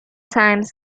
times